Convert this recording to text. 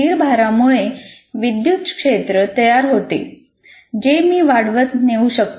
स्थिर भारामुळे विद्युत क्षेत्र तयार होते जे मी वाढवत नेऊ शकतो